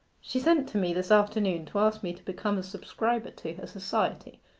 she sent to me this afternoon to ask me to become a subscriber to her society,